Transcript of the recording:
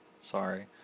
Sorry